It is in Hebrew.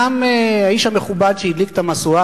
גם האיש המכובד שהדליק את המשואה,